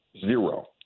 Zero